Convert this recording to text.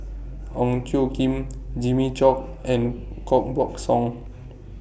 Ong Tjoe Kim Jimmy Chok and Koh Buck Song